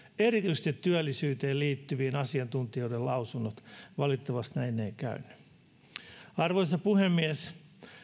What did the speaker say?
erityisesti työllisyyteen liittyvät asiantuntijoiden lausunnot valitettavasti näin ei käynyt arvoisa puhemies